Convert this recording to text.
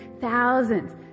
thousands